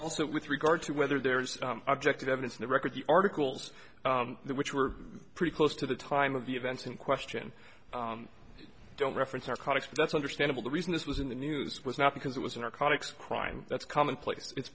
also with regard to whether there's objective evidence in the record articles which were pretty close to the time of the events in question don't reference our comics but that's understandable the reason this was in the news was not because it was in our comics crime that's commonplace it's